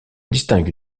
distingue